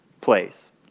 place